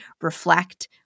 reflect